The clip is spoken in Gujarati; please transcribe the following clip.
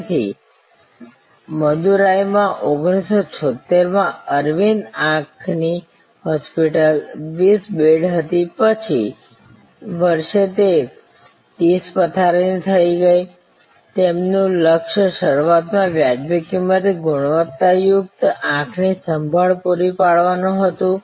તેથી મદુરાઈમાં 1976 માં અરવિંદ આંખની હોસ્પિટલ 20 બેડની હતી પછીના વર્ષે તે 30 પથારીની થઈ ગઈ તેમનું લક્ષ્ય શરૂઆતમાં વાજબી કિંમતે ગુણવત્તાયુક્ત આંખની સંભાળ પૂરી પાડવાનું હતું